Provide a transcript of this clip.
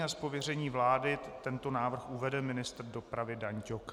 Z pověření vlády tento návrh uvede ministr dopravy Dan Ťok.